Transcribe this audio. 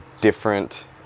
different